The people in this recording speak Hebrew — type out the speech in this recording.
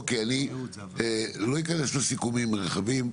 אוקיי, אני לא אכנס לסיכומים רחבים.